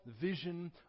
vision